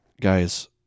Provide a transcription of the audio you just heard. Guys